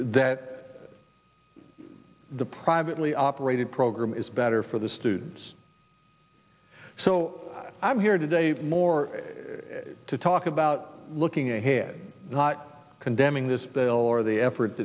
that the private really operated program is better for the students so i'm here today more to talk about looking ahead not condemning this bill or the effort